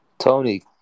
Tony